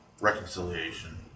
reconciliation